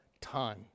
time